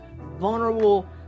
vulnerable